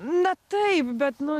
na taip bet nu